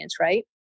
right